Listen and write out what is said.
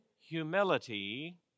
humility